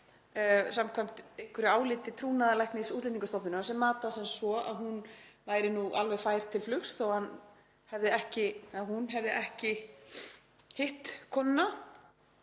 samkvæmt áliti trúnaðarlæknis Útlendingastofnunar sem mat það sem svo að hún væri alveg fær til flugs þó að hún hefði ekki hitt konuna